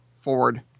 forward